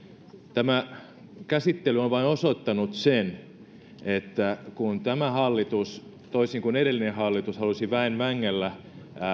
tämä käsittely on vain osoittanut sen että kun tämä hallitus toisin kuin edellinen hallitus halusi väen vängällä